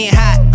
hot